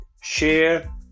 Share